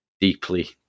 deeply